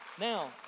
now